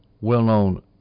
well-known